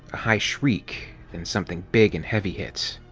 a high shriek, then something big and heavy hit.